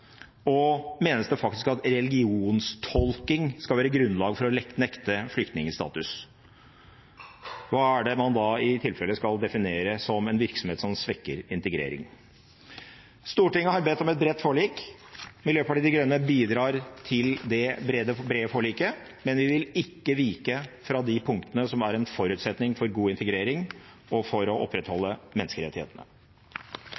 menes det faktisk at religionstolking skal være grunnlag for å nekte flyktningstatus? Hva er det man da i tilfelle skal definere som en virksomhet som svekker integrering? Stortinget har bedt om et bredt forlik. Miljøpartiet De Grønne bidrar til det brede forliket, men vi vil ikke vike fra de punktene som er en forutsetning for god integrering og for å